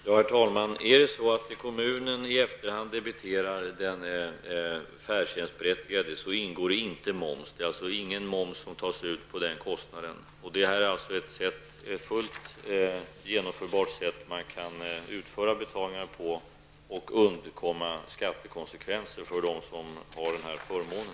Herr talman! När kommunen i efterhand debiterar den färdtjänstberättigade ingår inte någon moms. Ingen moms tas alltså ut på den kostnaden. Det här är ett fullt genomförbart sätt att utföra betalningar på och undkomma skattekonsekvenser för dem som har den här förmånen.